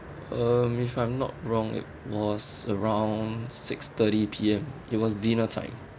um if I'm not wrong it was around six thirty P_M it was dinner time